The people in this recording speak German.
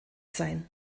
sein